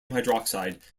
hydroxide